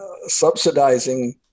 subsidizing